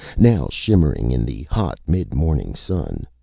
now shimmering in the hot, midmorning sun.